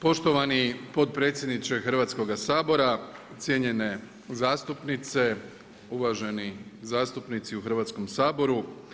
Poštovani potpredsjedniče Hrvatskog sabora, cjenjene zastupnice, uvaženi zastupnici u Hrvatskom saboru.